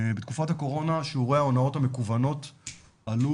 בתקופת הקורונה שיעורי ההונאות המקוונות עלו